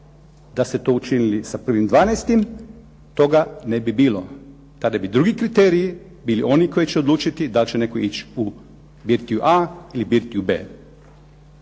Da ste to učinili sa 01. 12. toga ne bi bilo. Tada bi drugi kriteriji bili oni koji će odlučiti da li će netko ići u birtiju "A" ili birtiju